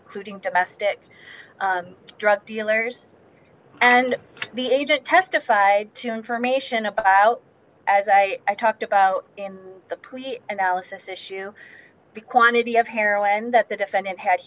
including domestic drug dealers and the agent testified to information about as i talked about in the police analysis issue be quantity of heroin that the defendant had